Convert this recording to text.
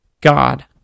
God